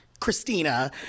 christina